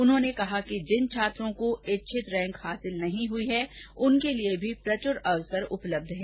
उन्होंने कहा कि जिन छात्रों को इच्छित रैंक नहीं हासिल हुई उनके लिए भी प्रचुर अवसर उपलब्ध हैं